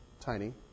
tiny